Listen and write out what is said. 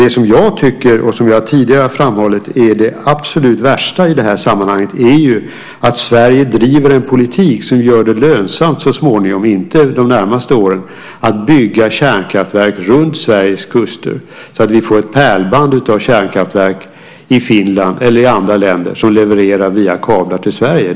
Det som jag tycker, och som jag tidigare har framhållit, är det absolut värsta i detta sammanhang är att Sverige driver en politik som gör det lönsamt att så småningom - inte under de närmaste åren - bygga kärnkraftverk runt Sveriges kuster, så att vi får ett pärlband av kärnkraftverk i Finland eller i andra länder som levererar via kablar till Sverige.